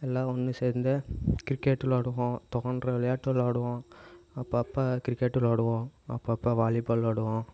எல்லாம் ஒன்று சேர்ந்து கிரிக்கெட்டு விளையாடுவோம் தோன்றுற விளையாட்டு விளையாடுவோம் அப்பப்போ கிரிக்கெட்டு விளையாடுவோம் அப்பப்போ வாலிபால் விளையாடுவோம்